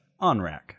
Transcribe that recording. OnRack